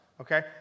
Okay